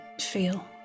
feel